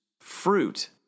fruit